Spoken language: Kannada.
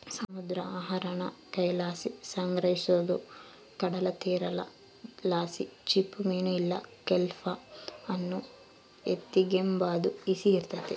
ಸಮುದ್ರ ಆಹಾರಾನ ಕೈಲಾಸಿ ಸಂಗ್ರಹಿಸೋದು ಕಡಲತೀರದಲಾಸಿ ಚಿಪ್ಪುಮೀನು ಇಲ್ಲ ಕೆಲ್ಪ್ ಅನ್ನು ಎತಿಗೆಂಬಾದು ಈಸಿ ಇರ್ತತೆ